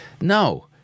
No